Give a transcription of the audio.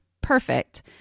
perfect